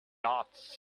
dots